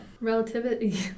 relativity